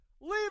Leave